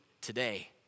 today